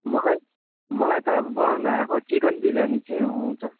मलाई मलाई त अब बनाउन आएको चिकन बिरियानी चाहिँ आउँछ